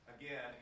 again